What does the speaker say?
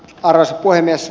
arvoisa puhemies